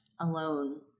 alone